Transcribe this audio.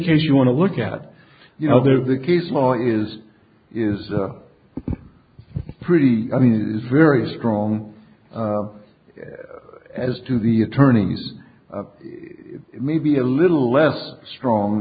case you want to look at you know there the case law is is a pretty i mean it's very strong as to the attorneys maybe a little less strong